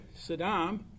Saddam